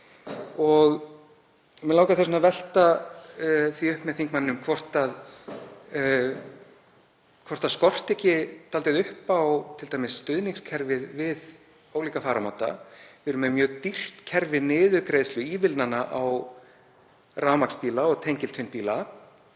og mig langar því að velta því upp með þingmanninum hvort það skorti ekki dálítið upp á t.d. stuðningskerfið við ólíka fararmáta. Við erum með mjög dýrt kerfi niðurgreiðsluívilnana á rafmagnsbíla og tengiltvinnbíla